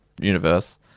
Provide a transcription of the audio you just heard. universe